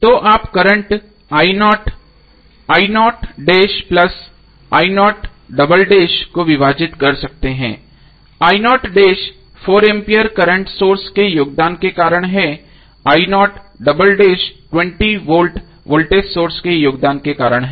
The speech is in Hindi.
तो आप करंटको विभाजित करते हैं 4 एम्पियर करंट सोर्स के योगदान के कारण है और 20 वोल्ट वोल्टेज सोर्स के योगदान के कारण है